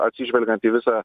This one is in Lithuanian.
atsižvelgiant į visą